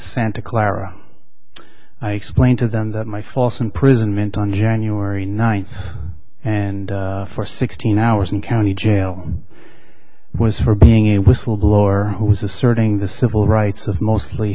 santa clara i explained to them that my false imprisonment on january ninth and for sixteen hours in county jail was for being a whistleblower who was asserting the civil rights of mostly